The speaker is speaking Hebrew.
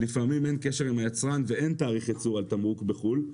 לפעמים אין קשר עם היצרן ואין תאריך ייצור על תמרוק בחו"ל.